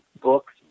books